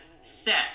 set